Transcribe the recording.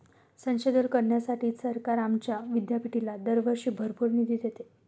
संशोधन करण्यासाठी सरकार आमच्या विद्यापीठाला दरवर्षी भरपूर निधी देते